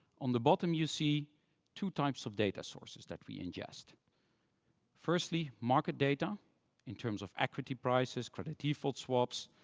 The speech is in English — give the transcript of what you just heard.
on the bottom, you see two types of data sources that we ingest firstly, market data in terms of equity prices, credit default swaps,